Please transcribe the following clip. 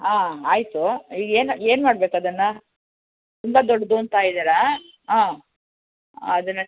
ಹಾಂ ಆಯಿತು ಈಗ ಏನು ಏನು ಮಾಡ್ಬೇಕು ಅದನ್ನು ತುಂಬ ದೊಡ್ಡದು ಅಂತ ಇದಾರಾ ಹಾಂ ಅದನ್ನು